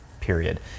period